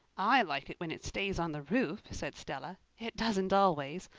i like it when it stays on the roof, said stella. it doesn't always.